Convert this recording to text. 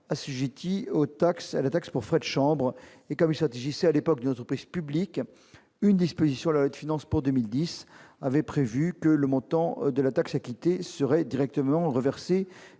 assujetti à la taxe pour frais de chambre consulaire et comme il s'agissait d'une entreprise publique, une disposition de la loi de finances pour 2010 avait prévu que le montant de la taxe acquittée serait directement reversé